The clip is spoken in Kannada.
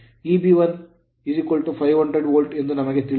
Eb1 500 ವೋಲ್ಟ್ ಎಂದು ನಮಗೆ ತಿಳಿದಿದೆ